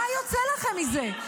--- ואם עכשיו --- מה יוצא לכם מזה?